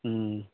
ꯎꯝ